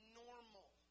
normal